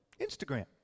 Instagram